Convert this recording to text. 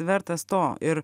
vertas to ir